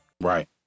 right